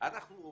אנחנו עובדים,